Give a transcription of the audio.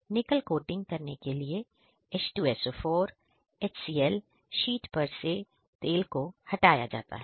निकल कोटिंग करने के लिए H2SO4 HCL शीट पर से तेल को हटाया जाता है